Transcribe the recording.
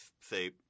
say